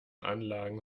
anlagen